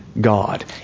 God